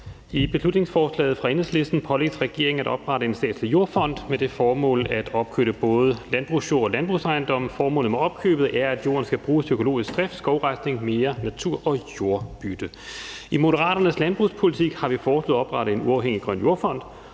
I beslutningsforslaget fra Enhedslisten pålægges regeringen at oprette en statslig jordfond med det formål at opkøbe både landbrugsjord og landbrugsejendomme. Formålet med opkøbet er, at jorden skal bruges til økologisk drift, skovrejsning, mere natur og jordbytte. I Moderaternes landbrugspolitik har vi foreslået at oprette en uafhængig jordfond,